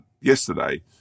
yesterday